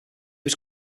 was